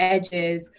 Edges